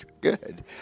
good